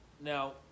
Now